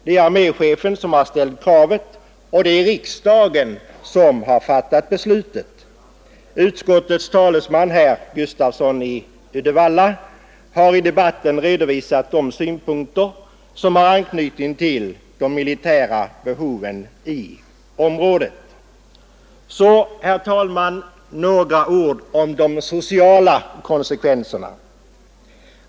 Det är arméchefen som har ställt kravet, och det är riksdagen som har fattat beslutet. Utskottets talesman, herr Gustafsson i Uddevalla, har i debatten redovisat de synpunkter som har anknytning till de militära behoven i området. Så, herr talman, några ord om de sociala konsekvenserna.